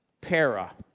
para